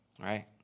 right